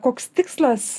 koks tikslas